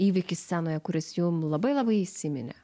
įvykis scenoje kuris jum labai labai įsiminė